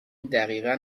دقیقا